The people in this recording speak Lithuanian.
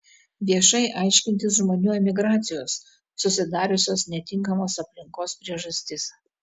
viešai aiškintis žmonių emigracijos susidariusios netinkamos aplinkos priežastis